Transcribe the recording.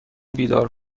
بیدار